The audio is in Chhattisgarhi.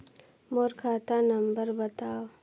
मोर खाता नम्बर बताव?